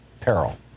peril